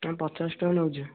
ଆମେ ପଚାଶ ଟଙ୍କା ନେଉଛି